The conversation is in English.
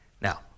Now